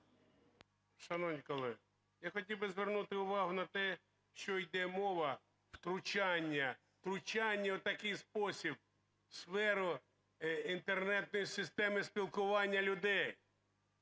Шановні колеги, я хотів би звернути увагу на те, що йде мова втручання, втручання в такий спосіб у сферу інтернетної системи спілкування людей.